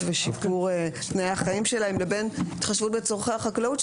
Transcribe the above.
ושיפור תנאי החיים שלהן לבין התחשבות בצורכי החקלאות,